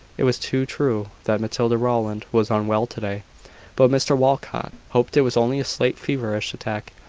it was too true that matilda rowland was unwell to-day but mr walcot hoped it was only a slight feverish attack,